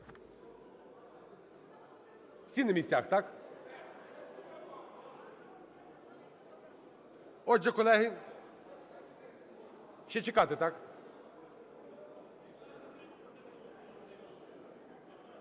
Всі на місцях, так? Отже, колеги, ще чекати, так?